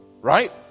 Right